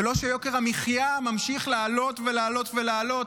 זה לא שיוקר המחיה ממשיך לעלות ולעלות ולעלות,